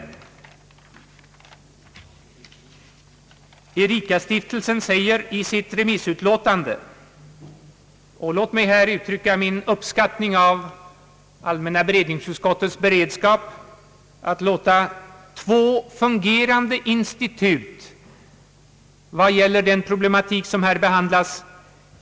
Innan jag återger vad Ericastiftelsen säger i sitt remissutlåtande vill jag ge uttryck åt min uppskattning över allmänna beredningsutskottets beredvillighet att låta två fungerande institut framföra sin syn på den problematik som här behandlas.